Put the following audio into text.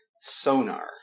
Sonar